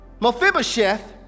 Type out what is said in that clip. Mephibosheth